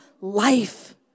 life